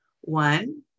one